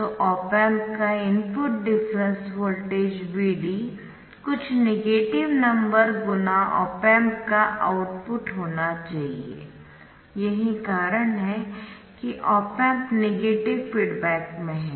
तो op amp का input difference voltage Vd कुछ नेगेटिव नंबर × ऑप एम्प का आउटपुट होना चाहिए यही कारण है कि ऑप एम्प नेगेटिव फीडबैक में है